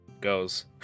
goes